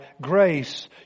grace